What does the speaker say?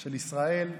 של ישראל.